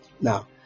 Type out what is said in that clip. Now